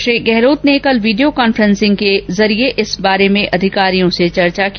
श्री गहलोत ने कल video conferencing के जरिये इस बारे में अधिकारियों से चर्चा की